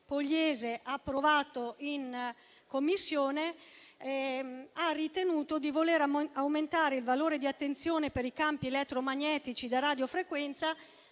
Pogliese, approvato in quella sede, si è ritenuto di voler aumentare il valore di attenzione per i campi elettromagnetici da radiofrequenza